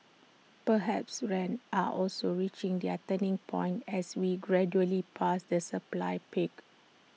perhaps rents are also reaching their turning point as we gradually pass the supply peak